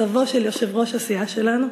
סבו של יושב-ראש הסיעה שלנו,